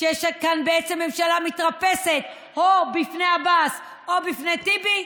כשיש כאן בעצם ממשלה מתרפסת או בפני עבאס או בפני טיבי,